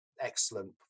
excellent